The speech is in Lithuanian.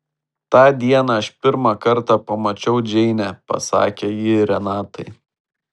tą dieną aš pirmą kartą pamačiau džeinę pasakė ji renatai